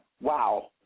Wow